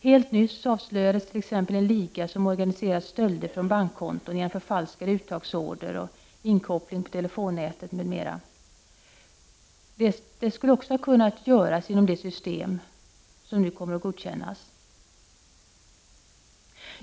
Helt nyss avslöjades t.ex. en liga som organiserade stölder från bankkonton genom förfalskade uttagsorder, inkoppling på telefonnätet m.m. Detta skulle kunna göras också inom det system som nu kommer att godkännas.